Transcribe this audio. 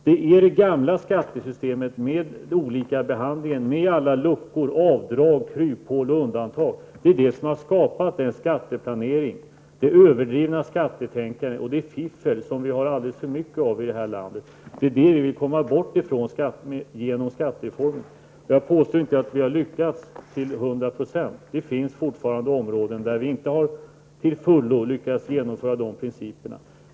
Det gamla skattesystemet med olikabehandlingen, alla luckor, avdrag, kryphål och undantag har skapat den skatteplanering, det överdrivna skattetänkande och det fiffel som vi har alltför mycket av i detta land. Detta vill vi komma bort ifrån genom skattereformen. Jag påstår inte att vi har lyckats till hundra procent. Det finns fortfarande områden där vi inte till fullo har lyckats genomföra de principerna.